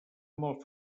molt